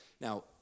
now